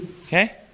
Okay